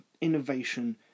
innovation